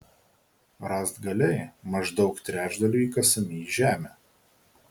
rąstgaliai maždaug trečdaliu įkasami į žemę